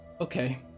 okay